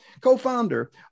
co-founder